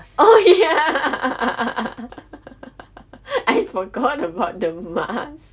oh ya I forgot about the mask